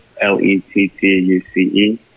L-E-T-T-U-C-E